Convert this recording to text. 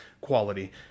quality